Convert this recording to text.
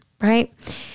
right